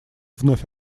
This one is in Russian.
вновь